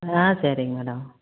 ஆ சரிங்க மேடம்